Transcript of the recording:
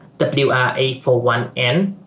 w r eight four one n